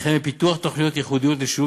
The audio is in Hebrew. וכן בפיתוח תוכניות ייחודיות לשילוב